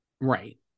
Right